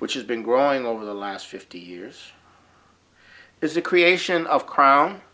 which has been growing over the last fifty years is the creation of crown